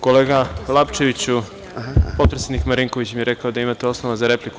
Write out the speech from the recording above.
Kolega Lapčeviću, potpredsednik Marinković mi je rekao da imate osnova za repliku.